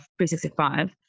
365